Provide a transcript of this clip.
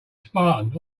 spartan